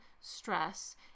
stress